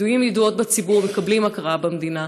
ידועים וידועות בציבור מקבלים הכרה מהמדינה,